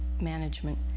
management